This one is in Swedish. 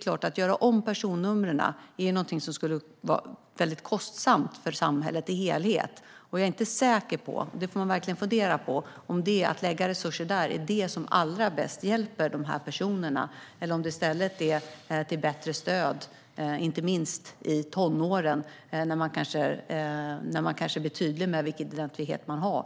Att göra om personnumren skulle vara väldigt kostsamt för samhället i helhet, och jag är inte säker på - det får man verkligen fundera över - om det som allra bäst hjälper dessa personer är att lägga resurser där. Det som hjälper bäst kanske i stället är bättre stöd, inte minst i tonåren när man kanske blir tydlig med vilken identitet man har.